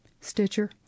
Stitcher